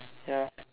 ya